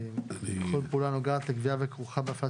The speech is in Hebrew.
- כל פעולה הנוגעת לגבייה וכרוכה בהפעלת